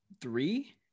three